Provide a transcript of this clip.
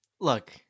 Look